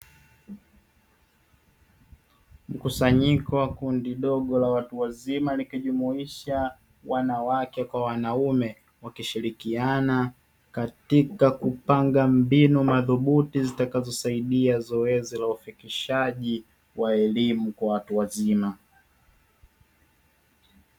Mkusanyiko wa kundi dogo la watu wazima likijumuisha wanawake kwa wanaume, wakishirikiana katika kupanga mbinu madhubuti zitakazosaidia zoezi la ufikishaji wa elimu kwa watu wazima.